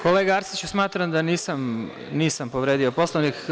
Kolega Arsiću, smatram da nisam povredio Poslovnik.